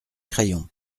crayon